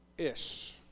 Ish